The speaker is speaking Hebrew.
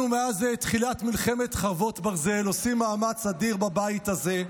מאז תחילת מלחמת חרבות ברזל אנחנו עושים מאמץ אדיר בבית הזה,